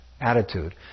attitude